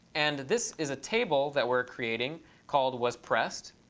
and this is a table that we're creating called was pressed,